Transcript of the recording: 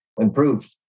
improve